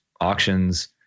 auctions